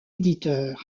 éditeur